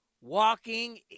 Walking